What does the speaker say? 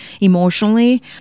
emotionally